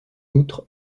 outre